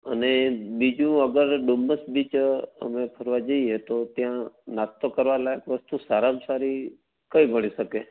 અને બીજું અગર ડુમ્મસ બીચ અમે ફરવા જઈએ તો ત્યાં નાસ્તો કરવા લાયક વસ્તુ સારામાં સારી કઈ મળી શકે